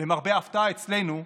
אצלנו לא,